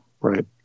Right